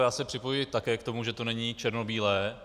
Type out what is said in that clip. Já se připojuji také k tomu, že to není černobílé.